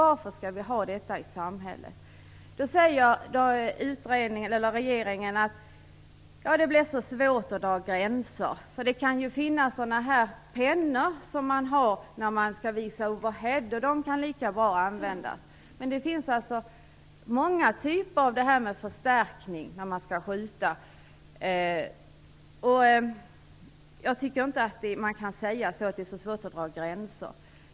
Varför skall vi ha detta i samhället? Regeringen säger då att det blir så svårt att dra gränser, eftersom det finns pennor som man använder när man pekar på overheadbilder som fungerar på samma sätt. Jag tycker inte att det är något bra skäl.